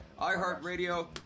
iHeartRadio